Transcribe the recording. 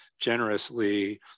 generously